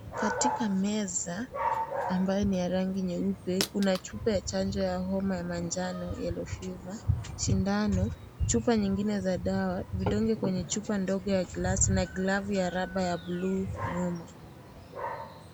Katika meza, ambayo ni ya rangi nyeupe, kuna chupa ya chanjo ya homa ya manjano, yellow fever , shindano, chupa nyingine za dawa, vidonge kwenye chupa ndogo ya glasi na glavu ya raba ya buluu nyuma.